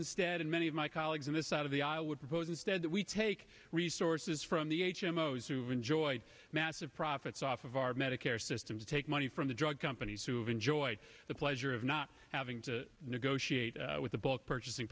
instead and many of my colleagues on the side of the i would propose instead that we take resources from the h m o s enjoy massive profits off of our medicare system to take money from the drug companies who've enjoyed the pleasure of not having to negotiate with the bulk purchasing